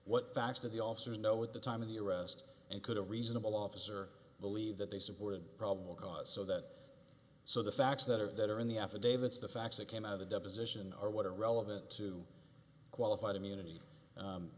what facts do the officers know at the time of the arrest and could a reasonable officer believe that they supported probable cause so that so the facts that are that are in the affidavits the facts that came out of the deposition are what are relevant to qualified immunity